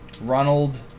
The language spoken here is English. Ronald